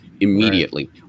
immediately